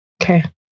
Okay